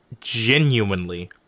genuinely